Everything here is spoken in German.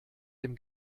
dem